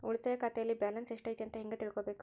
ಉಳಿತಾಯ ಖಾತೆಯಲ್ಲಿ ಬ್ಯಾಲೆನ್ಸ್ ಎಷ್ಟೈತಿ ಅಂತ ಹೆಂಗ ತಿಳ್ಕೊಬೇಕು?